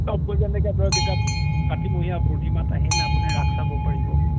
অঁ কাতিমহীয়া পূৰ্ণিমাত আহিলে আপুনি ৰাস চাব পাৰিব